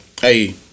hey